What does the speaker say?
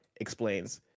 explains